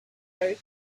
oak